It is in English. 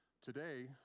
Today